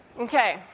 Okay